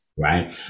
Right